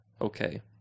okay